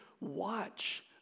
watch